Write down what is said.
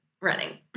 running